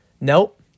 nope